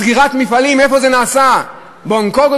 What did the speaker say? סגירת מפעלים, איפה זה נעשה, בהונג-קונג?